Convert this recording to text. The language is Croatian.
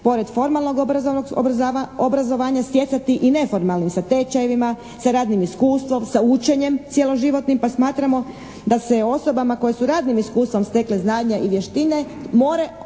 pored formalnog obrazovanja stjecati i neformalnim sa tečajevima, sa radnim iskustvom, sa učenjem cjeloživotnim pa smatramo da se osobama koje su radnim iskustvom stekle znanje i vještine mora omogućiti